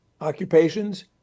occupations